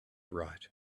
right